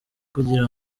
kugira